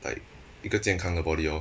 like 一个健康的 body lor